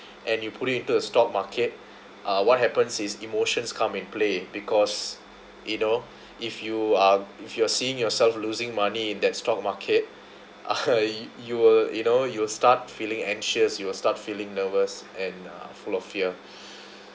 and you put it into a stock market uh what happens is emotions come in play because you know if you are if you are seeing yourself losing money in that stock market ah you will you know you'll start feeling anxious you will start feeling nervous and uh full of fear